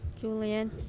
Julian